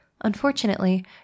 Unfortunately